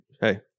Hey